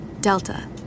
Delta